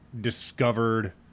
discovered